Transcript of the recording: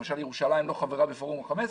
ירושלים למשל לא חברה בפורום ה-15